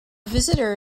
visitor